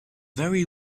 very